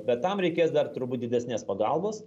bet tam reikės dar turbūt didesnės pagalbos